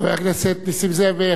חבר הכנסת נסים זאב,